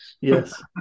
Yes